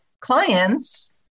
clients